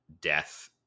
death